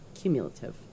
Cumulative